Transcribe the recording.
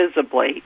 visibly